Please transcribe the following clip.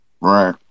Right